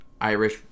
Irish